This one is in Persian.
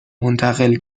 منتقل